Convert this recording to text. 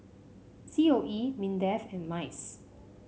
C O E Mindefand MICE